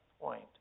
point